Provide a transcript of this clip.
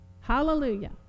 Hallelujah